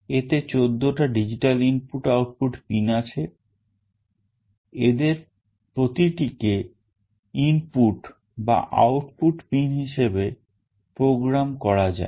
এতে চোদ্দোটা digital input output pin আছে এদের প্রতিটিকে input বা output pin হিসেবে program করা যায়